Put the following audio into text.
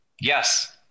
yes